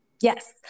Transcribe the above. yes